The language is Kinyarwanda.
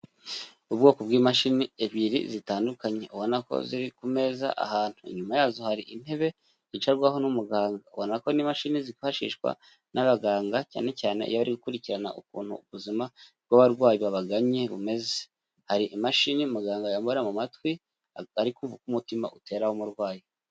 Ubwoko bw'imashini ebyiri zitandukanye. Ubona ko ziri ku meza ahantu. Inyuma yazo hari intebe zicarwaho n'umuganga. Ubona ko ni imashini zifashishwa n'abaganga cyane cyane iyo ari gukurikirana ukuntu ubuzima bw'abarwayi babaganye bumeze. Hari imashini muganga yambara mu matwi ari kumva uko umutima utera w'umurwayi.